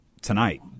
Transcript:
tonight